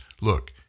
look